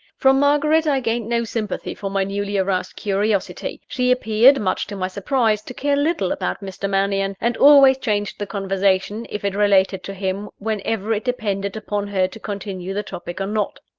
from margaret i gained no sympathy for my newly-aroused curiosity. she appeared, much to my surprise, to care little about mr. mannion and always changed the conversation, if it related to him, whenever it depended upon her to continue the topic or not.